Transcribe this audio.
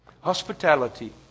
Hospitality